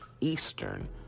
Eastern